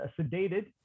sedated